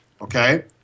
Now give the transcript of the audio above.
Okay